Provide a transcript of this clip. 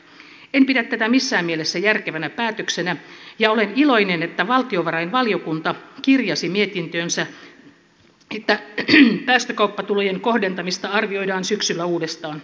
en pidä tätä missään mielessä järkevänä päätöksenä ja olen iloinen että valtiovarainvaliokunta kirjasi mietintöönsä että päästökauppatulojen kohdentamista arvioidaan syksyllä uudestaan